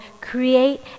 Create